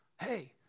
hey